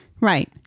right